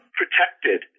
protected